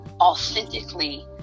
authentically